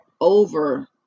over